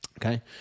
Okay